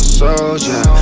soldier